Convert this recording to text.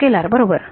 scalar आहे बरोबर